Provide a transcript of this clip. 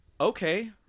okay